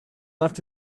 left